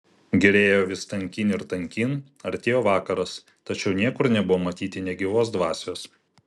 giria ėjo vis tankyn ir tankyn artėjo vakaras tačiau niekur nebuvo matyti nė gyvos dvasios